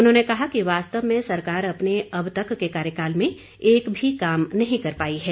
उन्होंने कहा कि वास्तव में सरकार अपने अब तक के कार्यकाल में एक भी काम नहीं कर पाई है